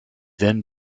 then